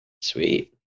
Sweet